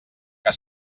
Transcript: que